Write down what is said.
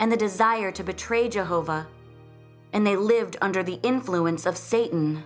and the desire to betray jehovah and they lived under the influence of satan